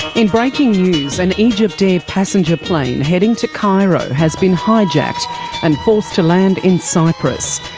in breaking news, an egyptair passenger plane heading to cairo has been hijacked and forced to land in cyprus.